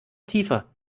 tiefer